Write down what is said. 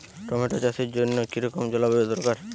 Tomato চাষের জন্য কি রকম জলবায়ু দরকার?